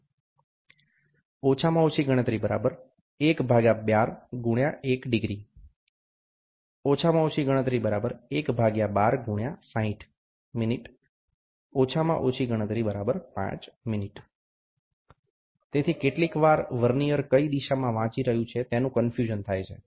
D ઓછામાં ઓછી ગણતરી 1 12 x 1 ° ઓછામાં ઓછી ગણતરી 1 12 x 60 ઓછામાં ઓછી ગણતરી 5' તેથી કેટલીકવાર વર્નીયર કઇ દિશામાં વાંચી રહ્યુ છે તેનું કન્ફ્યુઝન થાય છે